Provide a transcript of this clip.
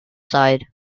side